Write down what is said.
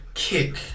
Kick